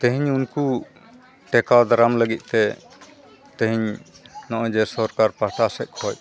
ᱛᱮᱦᱮᱧ ᱩᱱᱠᱩ ᱴᱮᱠᱟᱣ ᱫᱟᱨᱟᱢ ᱞᱟᱹᱜᱤᱫ ᱛᱮ ᱛᱮᱦᱮᱧ ᱱᱚᱜᱼᱚᱭ ᱡᱮ ᱥᱚᱨᱠᱟᱨ ᱯᱟᱦᱴᱟ ᱥᱮᱫ ᱠᱷᱚᱱ